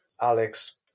Alex